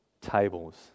tables